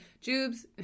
Jubes